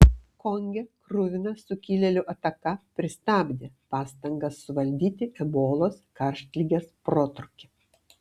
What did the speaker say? konge kruvina sukilėlių ataka pristabdė pastangas suvaldyti ebolos karštligės protrūkį